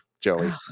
Joey